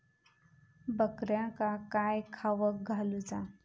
बकऱ्यांका काय खावक घालूचा?